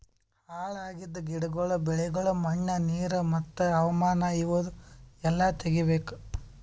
ಹಾಳ್ ಆಗಿದ್ ಗಿಡಗೊಳ್, ಬೆಳಿಗೊಳ್, ಮಣ್ಣ, ನೀರು ಮತ್ತ ಹವಾಮಾನ ಇವು ಎಲ್ಲಾ ತೆಗಿಬೇಕು